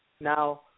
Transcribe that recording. Now